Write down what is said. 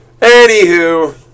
Anywho